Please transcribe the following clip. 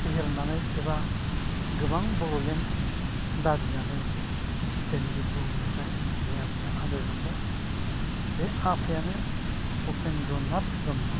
फेहेरनानै एबा गोबां बर'लेण्ड दाबिनानै दिनै बे बुहुमनिफ्राय बे आफाया आनज्रायलांबाय बे आफायानो उपेन्द्र' नाथ ब्रह्म